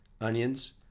onions